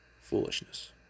Foolishness